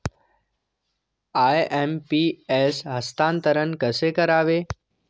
IMPS हस्तांतरण कसे करावे?